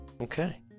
Okay